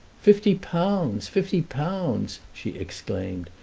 fifty pounds! fifty pounds! she exclaimed,